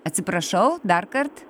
atsiprašau dar kart